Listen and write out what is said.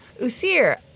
Usir